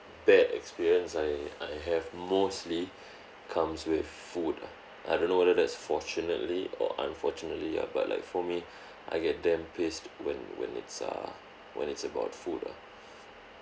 bad experience I I have mostly comes with food ah I don't know whether that's fortunately or unfortunately ya but like for me I get damn pissed when when it's uh when it's about food ah